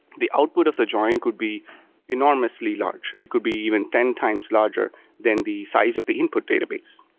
the output of the join could be enormously large. it could be even ten times larger than the size of the input database.